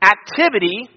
Activity